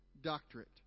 doctorate